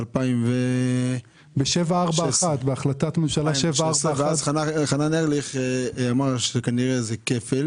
זו החלטת ממשלה 741. חנן ארליך אמר שכנראה זה כפל